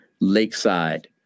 Lakeside